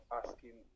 asking